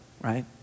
right